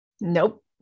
Nope